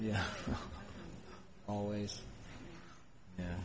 yeah always yeah